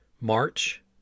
March